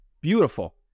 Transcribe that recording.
beautiful